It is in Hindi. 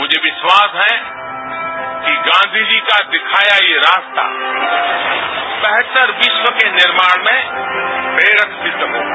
मुझे विश्वास है कि गांधी जी का दिखाया यह रास्ता बेहतर विश्व के निर्माण में प्रेरक सिद्ध होगा